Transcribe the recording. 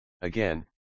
Again